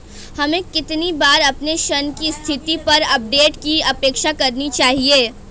हमें कितनी बार अपने ऋण की स्थिति पर अपडेट की अपेक्षा करनी चाहिए?